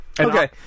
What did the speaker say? Okay